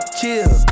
chill